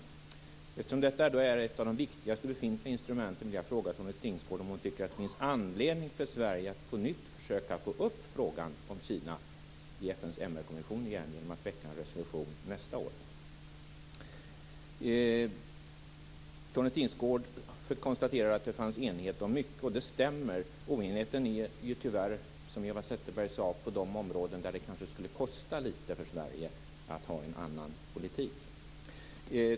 Eftersom detta är ett av de viktigaste befintliga instrumenten vill jag fråga Tone Tingsgård om hon tycker att det finns anledning för Sverige att på nytt försöka få upp frågan om Kina i FN:s MR kommission igen, genom att väcka en resolution nästa år. Tone Tingsgård konstaterade att det finns enighet om mycket. Det stämmer. Oenigheten är tyvärr, som Eva Zetterberg sade, på de områden där det kanske skulle kosta litet för Sverige att ha en annan politik.